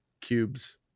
cubes